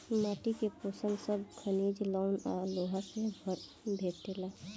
माटी के पोषण सब खनिज, लवण आ लोहा से भेटाला